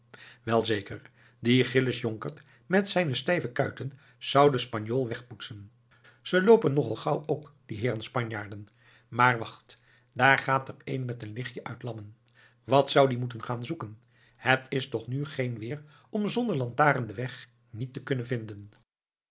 wel zeker die gillis jonkert met zijne stijve kuiten zou den spanjool wegpoetsen ze loopen nog al gauw ook die heeren spanjaarden maar wacht daar gaat er een met een lichtje uit lammen wat zou die moeten gaan zoeken het is toch nu geen weer om zonder lantaarn den weg niet te kunnen vinden